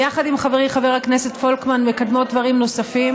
ויחד עם חברי חבר הכנסת פולקמן אנחנו מקדמות דברים נוספים.